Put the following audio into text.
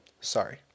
Sorry